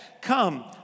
come